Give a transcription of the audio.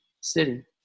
city